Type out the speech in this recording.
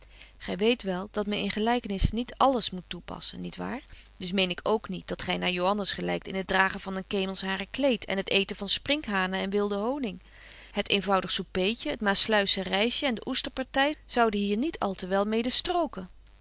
gy weet wel dat men in gelykenissen niet alles moet toepassen niet waar dus meen ik k niet dat gy naar joannes gelykt in het dragen van een kemelshairen kleed en het eeten van sprinkhanen en wilden honing het betje wolff en aagje deken historie van mejuffrouw sara burgerhart eenvoudig soupeetje het maassluissche reisje en de oesterparty zouden hier niet al te wel mede